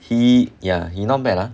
he ya he not bad lah